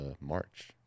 March